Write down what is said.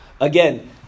again